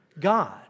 God